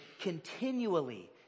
continually